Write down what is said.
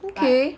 okay